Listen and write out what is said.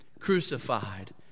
Crucified